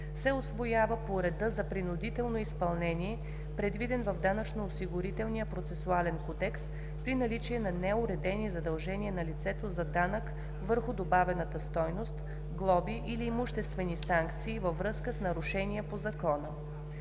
се усвоява по реда за принудително изпълнение, предвиден в Данъчно-осигурителния процесуален кодекс, при наличие на неуредени задължения на лицето за данък върху добавената стойност, глоби или имуществени санкции във връзка с нарушения по закона.